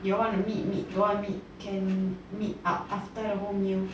you wanna meet meet don't wanna meet can meet up after the whole meal